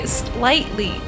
slightly